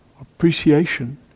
appreciation